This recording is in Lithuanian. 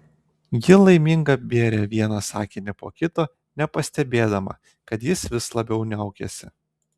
ji laiminga bėrė vieną sakinį po kito nepastebėdama kad jis vis labiau niaukiasi